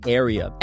area